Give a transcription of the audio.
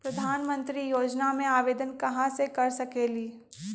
प्रधानमंत्री योजना में आवेदन कहा से कर सकेली?